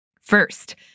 First